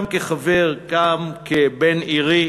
גם כחבר, גם כבן עירי,